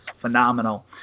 phenomenal